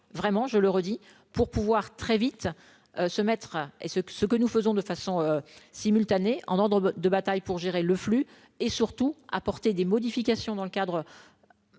vraiment, je le redis pour pouvoir très vite se mettre et ce que ce que nous faisons de façon simultanée en ordre de bataille pour gérer le flux et surtout à porter des modifications dans le cadre